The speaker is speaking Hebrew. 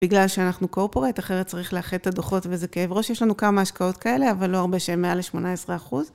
בגלל שאנחנו קורפורט, אחרת צריך לאחד את הדוחות וזה כאב ראש. יש לנו כמה השקעות כאלה, אבל לא הרבה שהן מעל ל-18%.